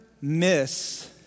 miss